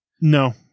No